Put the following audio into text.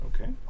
Okay